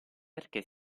perché